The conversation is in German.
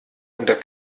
unter